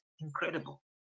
incredible